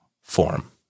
form